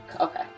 Okay